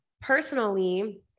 personally